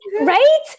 Right